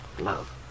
love